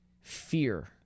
fear